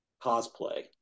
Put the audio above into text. cosplay